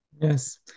Yes